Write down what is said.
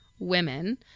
women